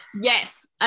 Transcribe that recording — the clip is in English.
Yes